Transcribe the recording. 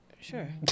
sure